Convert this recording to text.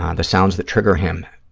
um the sounds that trigger him,